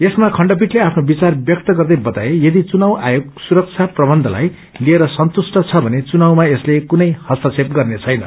यसमा छण्डपीठले आफ्नो विचार व्यक्त गर्दै बताए यदि चुनाव आयोग सुरक्षा प्रवन्धलाई लिएर सन्तुष्ट छ भने चुनावमा यसले कुनै इस्तबेप गर्ने छैन